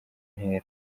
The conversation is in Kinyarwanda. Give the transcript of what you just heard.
ntera